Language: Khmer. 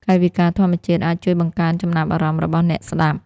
កាយវិការធម្មជាតិអាចជួយបង្កើនចំណាប់អារម្មណ៍របស់អ្នកស្តាប់។